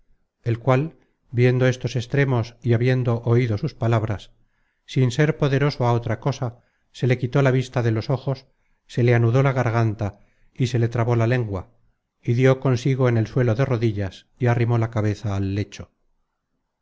el cual viendo estos extremos y habiendo oido sus palabras sin ser poderoso á otra cosa se le quitó la vista de los ojos se le anudó la garganta y se le trabó la lengua y dió consigo en el suelo de rodillas y arrimó la cabeza al lecho